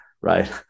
right